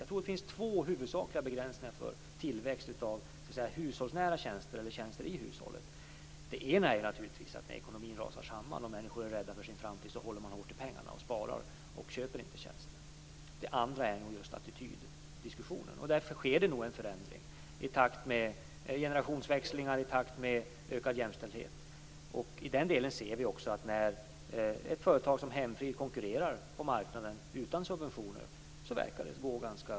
Jag tror att det finns två huvudsakliga begränsningar för tillväxt av hushållsnära tjänster eller tjänster i hushållet. Den ena är att människor håller hårt i pengarna när ekonomin rasar samman och de är rädda för framtiden. De sparar och köper inte tjänster. Den andra är just attityddiskussionen. Därför sker det nog en förändring i takt med generationsväxlingar och ökad jämställdhet. Vi ser också att det verkar gå ganska bra för företag som Hemfrid när de konkurrerar på marknaden utan subventioner.